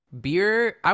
beer